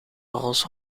rolls